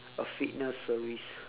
a fitness service